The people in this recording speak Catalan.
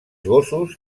gossos